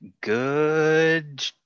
Good